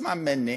אסמע מני.